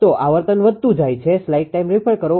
તો આવર્તન વધતુ જાય છે